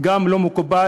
גם לא מקובל.